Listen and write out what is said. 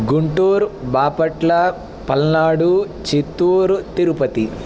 Guntur Bapatla Palnadu Chittoor Tirupati